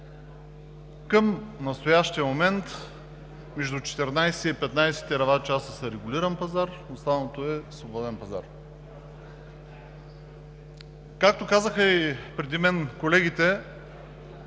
Към настоящия момент между 14 и 15 тераватчаса са регулиран пазар, останалото е свободен пазар. Както казаха и преди мен колегите,